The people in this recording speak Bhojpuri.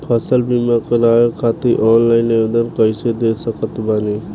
फसल बीमा करवाए खातिर ऑनलाइन आवेदन कइसे दे सकत बानी?